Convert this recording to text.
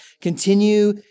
continue